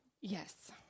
Yes